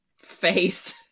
Face